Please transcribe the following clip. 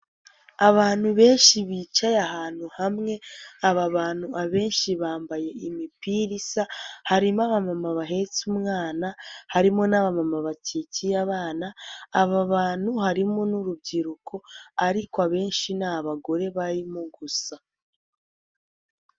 Abantu benshi bicaye ahantu hamwe, aba bantu abenshi bambaye imipirisa, harimo abamama bahetse umwana, harimo n'abamama bakikiye abana, aba bantu harimo n'urubyiruko ariko abenshi ni abagore barimo gusa.